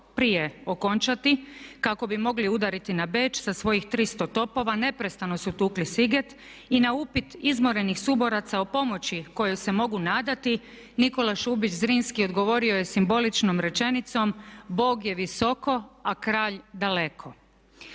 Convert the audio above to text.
prije okončati kako bi mogli udariti na Beč sa svojih 300 topova neprestano su tukli Siget i na upit izmorenih suboraca o pomoći kojoj se mogu nadati Nikola Šubić Zrinski je odgovorio simboličnom rečenicom "Bog je visoko, a kralj daleko."